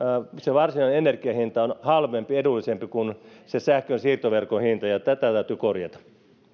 varsinainen energiahinta on halvempi edullisempi kuin sähkönsiirtoverkon hinta ja tätä täytyy korjata